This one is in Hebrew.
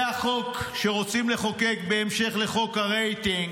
זה החוק שרוצים לחוקק בהמשך לחוק הרייטינג.